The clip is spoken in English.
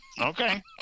Okay